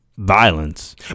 Violence